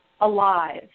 alive